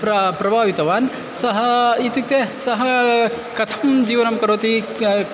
प्र प्रभावितवान् सः इत्युक्ते सः कथं जीवनं करोति